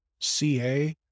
CA